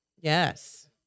Yes